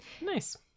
Nice